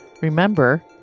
remember